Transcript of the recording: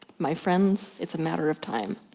my friends, it's a matter of time.